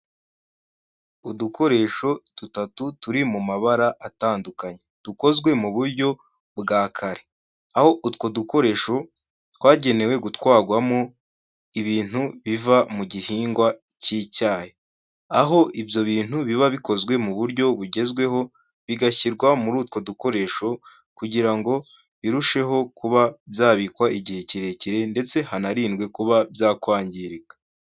Udukoresho dutatu turi mu mabara atandukanye, dukozwe mu buryo bwa kare, aho utwo dukoresho twagenewe gutwagwamo ibintu biva mu gihingwa cy'icyayi, aho ibyo bintu biba bikozwe mu buryo bugezweho, bigashyirwa muri utwo dukoresho kugira ngo birusheho kuba byabikwa igihe kirekire ndetse hanarindwe kuba byakwangirika.